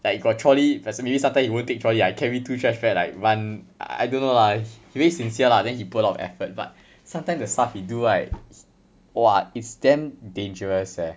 like you got trolley doesn't mean sometimes he won't take trolley I carry two trash bags like run I don't know lah he very sincere lah then he put a lot of effort but sometimes the stuff he do right !wah! it's damn dangerous eh